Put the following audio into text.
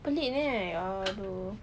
peliknya ah do